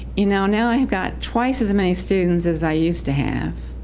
you know, now i have got twice as many students as i used to have.